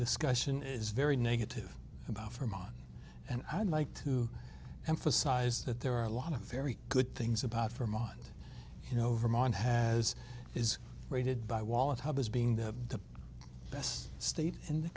discussion is very negative about her mind and i'd like to emphasize that there are a lot of very good things about her mind you know vermont has is rated by wallet how has being the best state in the